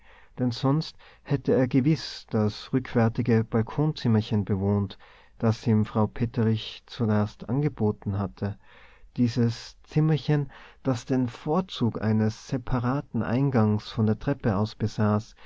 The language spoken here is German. denn sonst hätte er gewiß das rückwärtige balkonzimmerchen bewohnt das ihm frau petterich zuerst angeboten hatte dieses zimmerchen das den vorzug eines separaten eingangs von der treppe aus besaß